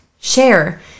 Share